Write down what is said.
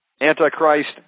antichrist